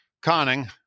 Conning